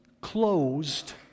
closed